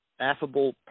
affable